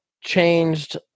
changed